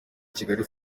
kigali